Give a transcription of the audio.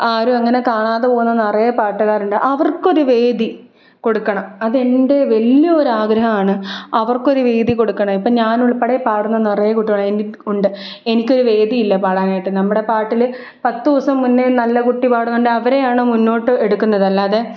ആരും അങ്ങനെ കാണാത പോകുന്ന നിറയെ പാട്ടുകാരുണ്ട് അവർക്കൊര് വേദി കൊടുക്കണം അതെൻ്റെ വലിയൊരു ആഗ്രഹമാണ് അവർക്കൊര് വേദി കൊടുക്കണം ഇപ്പം ഞാനുൾപ്പടെ പാടുന്ന നിറയെ കുട്ടികളുണ്ട് എനി ഉണ്ട് എനിക്കൊര് വേദിയില്ല പാടാനായിട്ട് നമ്മുടെ പാട്ടില് പത്ത് ദിവസം മുന്നേ നല്ല കുട്ടി പാടുന്നുടെങ്കില് അവരെയാണ് മുന്നോട്ട് എടുക്കുന്നത് അല്ലാതെ